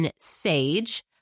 Sage